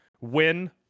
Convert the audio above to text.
win